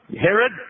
Herod